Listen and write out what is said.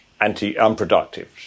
anti-unproductive